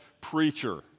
preacher